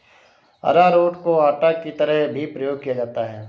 अरारोट को आटा की तरह भी प्रयोग किया जाता है